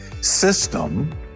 system